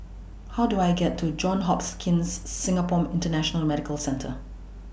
How Do I get to Johns hops Kings Singapore International Medical Centre